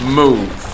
move